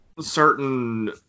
certain